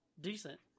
decent